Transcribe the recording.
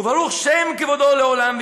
וברוך שם כבודו לעולם,